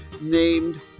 named